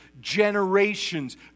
generations